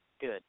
Good